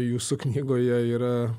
jūsų knygoje yra